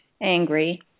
angry